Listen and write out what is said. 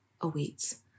awaits